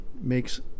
makes